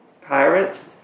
Pirates